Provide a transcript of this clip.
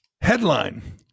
Headline